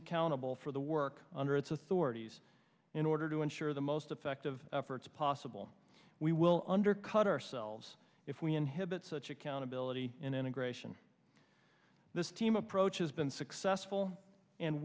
accountable for the work under its authorities in order to ensure the most effective efforts possible we will undercut ourselves if we inhibit such accountability integration this team approach has been successful and